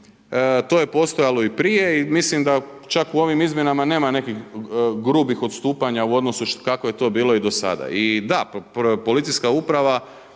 To je postojalo i prije i mislim da čak u ovim izmjenama nema nekih grubih odstupanja u odnosu kako je to bilo i dosada i da, policijska uprava